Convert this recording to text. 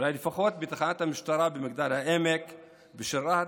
אולי לפחות בתחנת המשטרה במגדל העמק או של רהט,